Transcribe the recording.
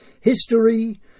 History